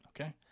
Okay